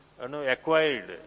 acquired